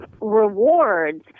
rewards